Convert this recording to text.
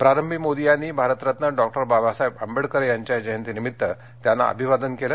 प्रारंभी मोदी यांनी भारतरत्न डॉ बाबासाहेब आंबेडकर यांच्या जयंती निमित्त त्यांना अभिवादन केलं